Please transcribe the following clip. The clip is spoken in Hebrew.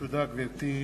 תודה, גברתי.